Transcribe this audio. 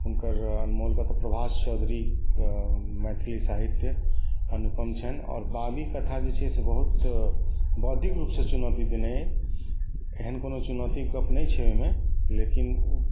हुनकर अनमोल तत्व प्रभास चौधरी के मैथिलि साहित्य अनुपम छनि आओर बाबी कथा जे छै से बहुत बौद्धिक रूप सॅं चुनौती देने अछि एहन कोनो चुनौती के गप नहि छै ओहिमे लेकिन